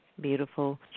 Beautiful